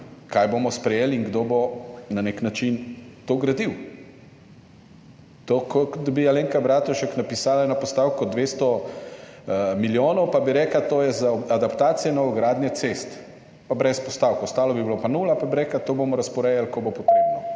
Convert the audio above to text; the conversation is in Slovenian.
kaj bomo sprejeli in kdo bo na nek način to gradil. To je, kot da bi Alenka Bratušek napisala za eno postavko 200 milijonov pa bi rekla, to je za adaptacijo in novogradnje cest, pa brez postavk, ostalo bi bilo pa nula pa bi rekla, to bomo razporejali, ko bo potrebno.